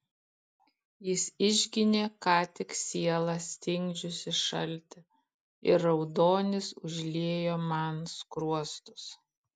jis išginė ką tik sielą stingdžiusį šaltį ir raudonis užliejo man skruostus